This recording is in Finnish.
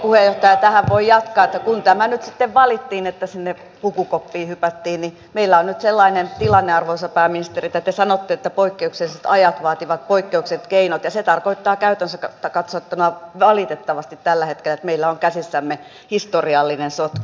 tähän voi jatkaa että kun nyt sitten valittiin tämä että sinne pukukoppiin hypättiin niin meillä on nyt sellainen tilanne arvoisa pääministeri että te sanotte että poikkeukselliset ajat vaativat poikkeukselliset keinot ja se tarkoittaa käytännössä katsottuna valitettavasti tällä hetkellä että meillä on käsissämme historiallinen sotku